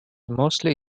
mostly